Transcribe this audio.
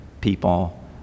people